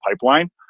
pipeline